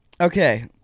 Okay